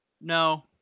No